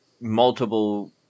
multiple